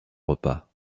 repas